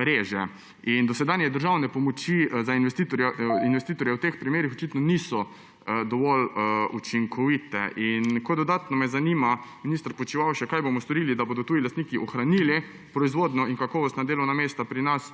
reže in dosedanje državne pomoči za investitorja v teh primerih očitno niso dovolj učinkovite. Dodatno me zanima, minister Počivalšek: Kaj bomo storili, da bodo tuji lastniki ohranili proizvodnjo in kakovostna delovna mesta pri nas?